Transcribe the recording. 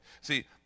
See